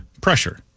pressure